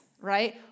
Right